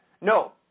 No